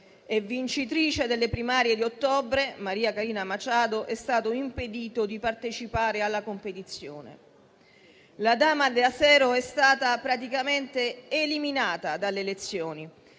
e vincitrice delle primarie di ottobre, Maria Corina Machado, è stato impedito di partecipare alla competizione. La *dama de acero* è stata praticamente eliminata dalle elezioni,